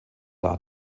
dar